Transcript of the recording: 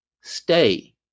stay